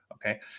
Okay